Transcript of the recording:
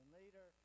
later